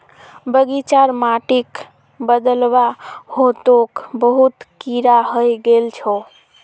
बगीचार माटिक बदलवा ह तोक बहुत कीरा हइ गेल छोक